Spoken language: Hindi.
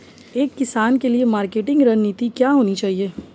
एक किसान के लिए मार्केटिंग रणनीति क्या होनी चाहिए?